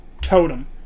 totem